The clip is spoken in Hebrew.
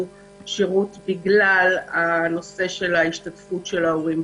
שירות בגלל הנושא של ההשתתפות של ההורים.